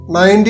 90